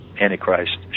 Antichrist